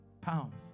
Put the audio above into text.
pounds